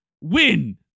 win